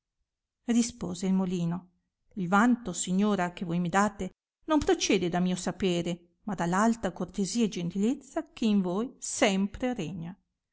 rispose il molino il vanto signora che voi mi date non procede da mio sapere ma da l alta cortesia e gentilezza che in voi sempre regna